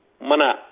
mana